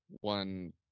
one